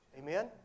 amen